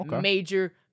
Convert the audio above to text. major